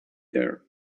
there